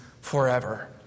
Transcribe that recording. forever